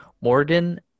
Morgan